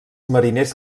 mariners